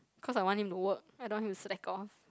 cause I want him to work I don't want him to slack off